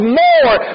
more